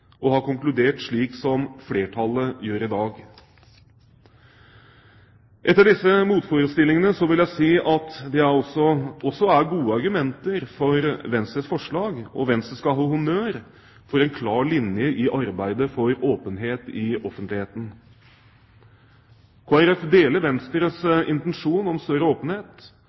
og har konkludert slik som flertallet gjør i dag. Etter disse motforestillingene vil jeg si at det også er gode argumenter for Venstres forslag, og Venstre skal ha honnør for en klar linje i arbeidet for åpenhet i offentligheten. Kristelig Folkeparti deler Venstres intensjon om større åpenhet,